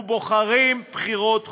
ובוחרים בחירות חופשיות.